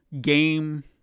game